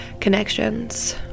Connections